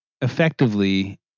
effectively